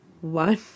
One